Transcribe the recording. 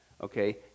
Okay